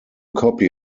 copy